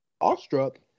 awestruck